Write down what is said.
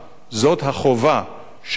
זאת החובה שלנו,